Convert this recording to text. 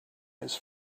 his